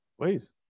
Please